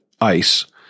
ice